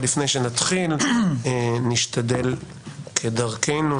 לפני שנתחיל, נשתדל כדרכנו